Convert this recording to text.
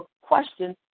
question